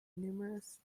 numerous